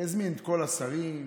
הזמין את כל השרים,